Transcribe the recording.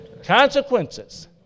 consequences